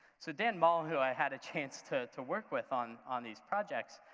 so dan bolan, who i had a chance to to work with on on these projects,